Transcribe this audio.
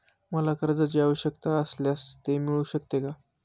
मला कर्जांची आवश्यकता असल्यास ते मिळू शकते का?